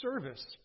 service